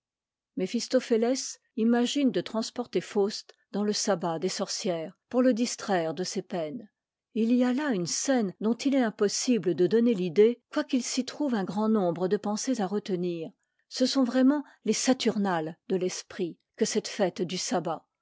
méphistophétès imagine de transporter faust dans le sabbat des sorcières pour le distraire de ses peines et il y a là une scène dont il est impossible de donner l'idée quoiqu'il s'y trouve un grand nombre de pensées à retenir ce sont vraiment les saturna es de l'esprit que cette fête du sabbat